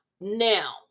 now